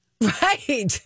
Right